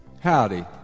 Howdy